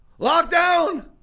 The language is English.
Lockdown